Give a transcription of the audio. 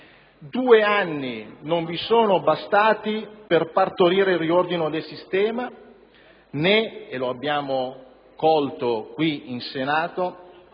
Due anni non vi sono bastati per partorire il riordino del sistema, né - e lo abbiamo colto qui in Senato